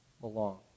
belong